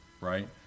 right